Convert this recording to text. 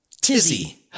Tizzy